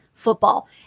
football